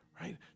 right